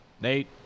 Nate